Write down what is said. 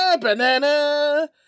banana